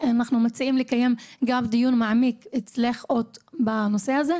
אנחנו מציעים לקיים גם דיון מעמיק אצלך בנושא הזה.